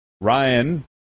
Ryan